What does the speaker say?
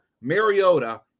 Mariota